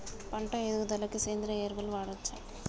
పంట ఎదుగుదలకి సేంద్రీయ ఎరువులు వాడచ్చా?